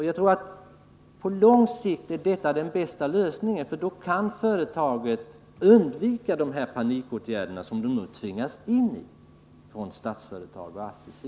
Jag tror att detta på lång sikt är den bästa lösningen, för då kan företaget undvika sådana panikåtgärder som det nu tvingats in i av Statsföretag och ASSI.